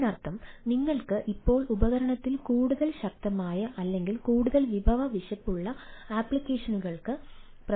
അതിനർത്ഥം നിങ്ങൾക്ക് ഇപ്പോൾ ഉപകരണത്തിൽ കൂടുതൽ ശക്തമായ അല്ലെങ്കിൽ കൂടുതൽ വിഭവ വിശപ്പുള്ള അപ്ലിക്കേഷനുകൾ പ്രവർത്തിപ്പിക്കാൻ കഴിയും